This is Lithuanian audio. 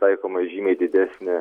taikoma žymiai didesnė